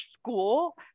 school